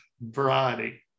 variety